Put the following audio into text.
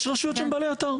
יש רשות שהם בעלי אתר.